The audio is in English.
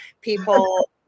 people